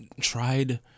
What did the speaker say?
tried